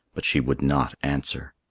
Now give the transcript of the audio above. but she would not answer.